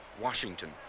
Washington